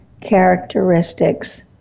characteristics